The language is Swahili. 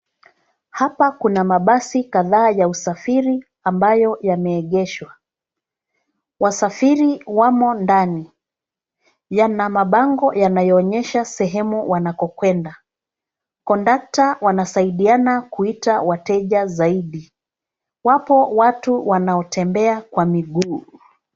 Hapa kuna mabasi kadhaa ya usafiri ambayo yameegeshwa. Wasafiri wamo ndani. Yana mabango yanayoonyesha sehemu wanakokwenda. Kondakta wanasaidiana kuita wateja zaidi. Wapo watu wanaotembea kwa miguu.